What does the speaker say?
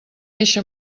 eixe